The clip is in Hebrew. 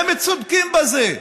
והם צודקים בזה.